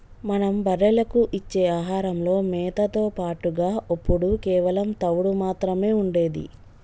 మనం బర్రెలకు ఇచ్చే ఆహారంలో మేతతో పాటుగా ఒప్పుడు కేవలం తవుడు మాత్రమే ఉండేది